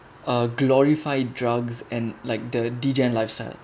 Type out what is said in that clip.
uh glorify drugs and like the D_J lifestyle